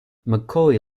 mccoy